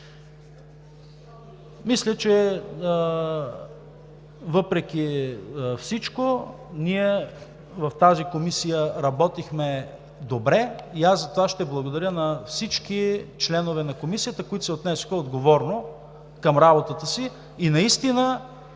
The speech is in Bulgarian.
Мисля, че въпреки всичко ние в тази комисия работихме добре и аз затова ще благодаря на всички нейни членове, които се отнесоха отговорно към работата си и наистина